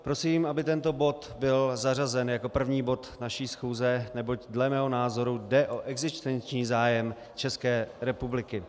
Prosím, aby tento bod byl zařazen jako první bod naší schůze, neboť dle mého názoru jde o existenční zájem České republiky.